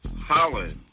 Holland